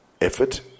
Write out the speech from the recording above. effort